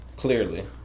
Clearly